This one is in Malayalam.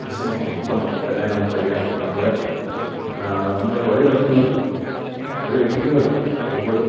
ദൃശ്യമൊക്കെ ഒക്കെ തന്നെ നമുക്കറിയാം നമ്മളെ നമ്മളെ വഴി നടത്തുന്നവരും വഴി തെറ്റിക്കുന്നവരുമുണ്ട് പലപ്പോഴും